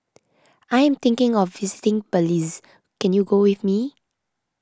I am thinking of visiting Belize can you go with me